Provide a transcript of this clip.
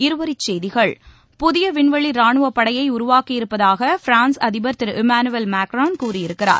இருவரிச்செய்திகள் புதிய விண்வெளி ராணுவப் படையை உருவாக்கியிருப்பதாக பிரான்ஸ் அதிபர் திரு இமானுவேல் மேக்ரான் கூறியிருக்கிறார்